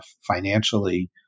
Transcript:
financially